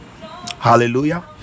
hallelujah